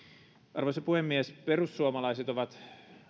arvoisa puhemies perussuomalaiset ovat